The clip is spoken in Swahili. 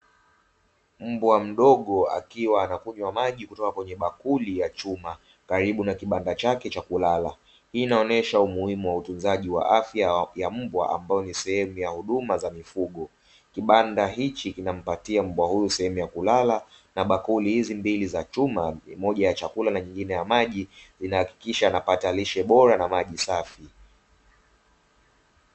Mbwa mdogo akiwa anakunywa maji kutoka kwenye bakuri ya chuma karibu na kibanda chake cha kulala; hii inaonesha umuhimu wa utunzaji wa afya ya mbwa ambayo ni sehemu ya huduma za mifugo. Kibanda hiki kinampatia mbwa huyu sehemu ya kulala na bakuri hizi mbili za chuma, moja ya chakula na nyingine ya maji inahakikisha anapata lishe bora na maji safi.